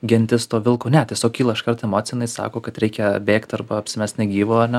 gentis to vilko ne tiesiog kyla iškart emocija jinai sako kad reikia bėgt arba apsimest negyvu ar ne